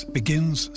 begins